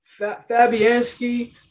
Fabianski